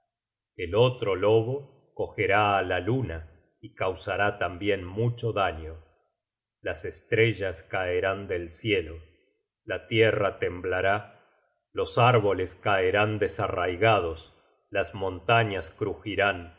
el otro lobo cogerá á la luna y causará tambien mucho daño las estrellas caerán del cielo la tierra temblará los árboles caerán desarraigados las montañas crugirán